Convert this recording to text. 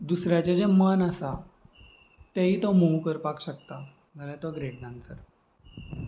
दुसऱ्याचें जें मन आसा तेंयी तो मोव करपाक शकता जाल्यार तो ग्रेट डांसर